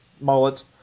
mullet